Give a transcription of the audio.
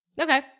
Okay